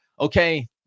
Okay